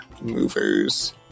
movers